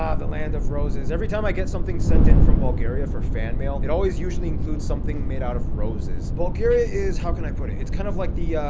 ah the land of roses. every time i get something sent in from bulgaria for fan mail, it always usually includes something made out of roses. bulgaria is, how can i put it? it's kind of like the, ah.